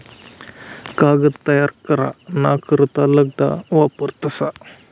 कागद तयार करा ना करता लगदा वापरतस